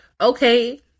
okay